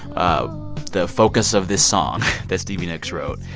um the focus of this song that stevie nicks wrote.